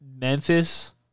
Memphis –